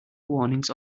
warnings